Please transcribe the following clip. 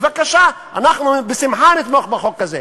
בבקשה, אנחנו בשמחה נתמוך בחוק הזה.